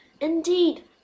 Indeed